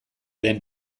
den